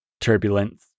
turbulence